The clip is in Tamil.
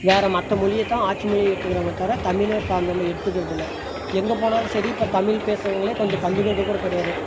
வேறு மற்ற மொழியை தான் ஆட்சி மொழியாக ஏற்றுக்கறாங்களே தவிர தமிழை இப்போ அந் நம் ஏற்றுக்கறதில்ல எங்கே போனாலும் சரி இப்போ தமிழ் பேசுகிறவங்களே கொஞ்சம் கண்டுக்கிறது கூட கிடையாது